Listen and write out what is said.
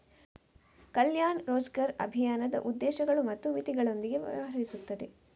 ಕಲ್ಯಾಣ್ ರೋಜ್ಗರ್ ಅಭಿಯಾನದ ಉದ್ದೇಶಗಳು ಮತ್ತು ಮಿತಿಗಳೊಂದಿಗೆ ವ್ಯವಹರಿಸುತ್ತದೆ